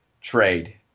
trade